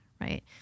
right